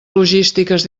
logístiques